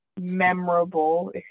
memorable